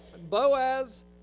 Boaz